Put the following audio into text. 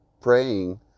praying